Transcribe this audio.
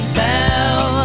tell